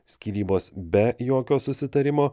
skyrybos be jokio susitarimo